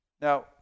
Now